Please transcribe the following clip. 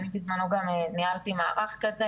אני בזמנו גם ניהלתי מערך כזה